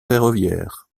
ferroviaires